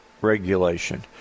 regulation